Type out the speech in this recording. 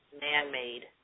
man-made